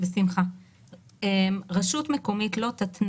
"אישור רשות מקומית לחברה הממונה 30. רשות מקומית לא תתנה,